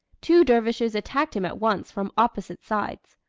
two dervishes attacked him at once from opposite sides.